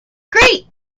great